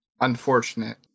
Unfortunate